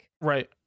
Right